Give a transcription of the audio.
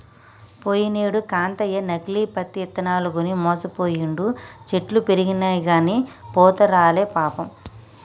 పోయినేడు కాంతయ్య నకిలీ పత్తి ఇత్తనాలు కొని మోసపోయిండు, చెట్లు పెరిగినయిగని పూత రాలే పాపం